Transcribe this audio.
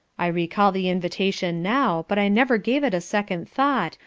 i recall the invitation now, but i never gave it a second thought,